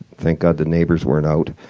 thank god the neighbors weren't out.